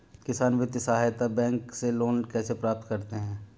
किसान वित्तीय सहायता बैंक से लोंन कैसे प्राप्त करते हैं?